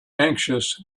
anxious